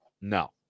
No